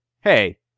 hey